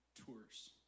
tours